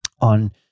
on